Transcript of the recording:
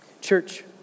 Church